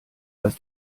was